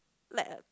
like a